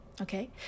Okay